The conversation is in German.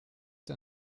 der